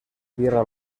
tierra